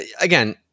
again